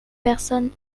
personnes